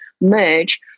merge